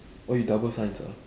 oh you double science ah